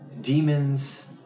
demons